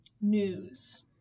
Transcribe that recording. News